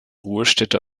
ruhestätte